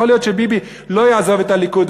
יכול להיות שביבי לא יעזוב את הליכוד,